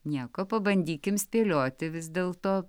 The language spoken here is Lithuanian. nieko pabandykim spėlioti vis dėlto